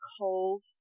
cold